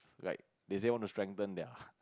like they say want to strengthen their